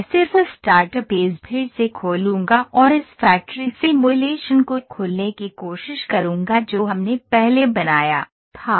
मैं सिर्फ start page फिर से खोलूंगा और इस फैक्ट्री सिमुलेशन को खोलने की कोशिश करूंगा जो हमने पहले बनाया था